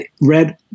read